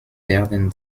werden